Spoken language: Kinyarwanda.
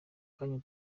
kanya